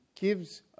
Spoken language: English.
gives